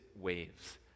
waves